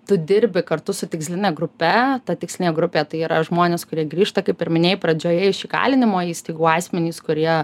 tu dirbi kartu su tiksline grupe ta tikslinė grupė tai yra žmonės kurie grįžta kaip ir minėjai pradžioje iš įkalinimo įstaigų asmenys kurie